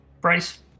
Bryce